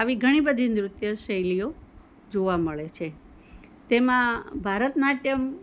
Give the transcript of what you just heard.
આવી ઘણી બધી નૃત્ય શૈલીઓ જોવા મળે છે તેમાં ભરતનાટ્યમ